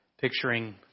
picturing